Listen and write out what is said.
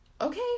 Okay